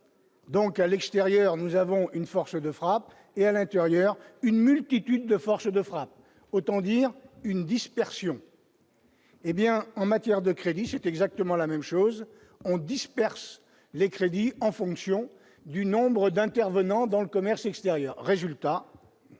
donc à l'extérieur, nous avons une force de frappe et à l'intérieur, une multitude de force de frappe, autant dire une dispersion, hé bien, en matière de crédit, c'est exactement la même chose, on disperse les crédits en fonction du nombre d'intervenants dans le commerce extérieur,